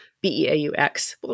B-E-A-U-X